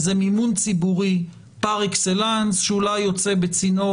זה מימון ציבורי פר-אקסלנס שאולי יוצא בצינור